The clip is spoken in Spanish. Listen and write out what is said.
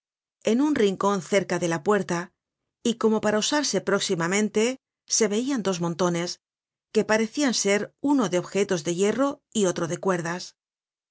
en un rincon cerca de la puerta y como para usarse próximamente se veian dos montones que parecian ser uno de objetos de hierro y otro de cuerdas